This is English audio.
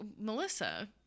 Melissa